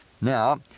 Now